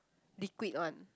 liquid one